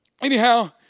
Anyhow